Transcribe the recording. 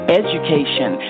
education